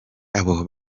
abo